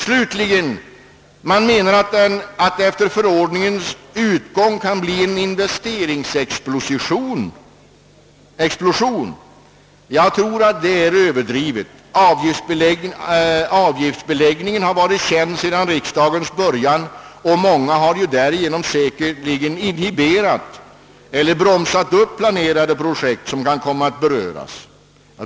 Slutligen menar man att det efter förordningens utgång kan bli en »investeringsexplosion». Det tror jag är överdrivet. Avgiftsbeläggningen har varit känd sedan riksdagens början och många har därigenom säkerligen inhiberat eller bromsat upp planerade projekt som kan komma att beröras.